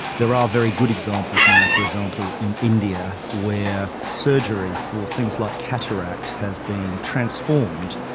there are very good examples now, for example, in india where surgery for things like cataracts has been transformed,